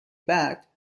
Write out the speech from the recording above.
بعد